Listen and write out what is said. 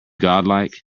godlike